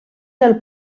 del